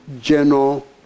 general